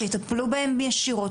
שיטפלו בהם ישירות.